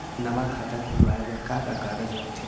नवा खाता खुलवाए बर का का कागज लगथे?